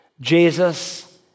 Jesus